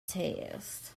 test